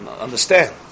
understand